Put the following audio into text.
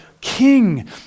king